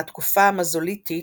מהתקופה המזוליתית,